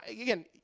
Again